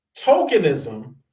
tokenism